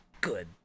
Good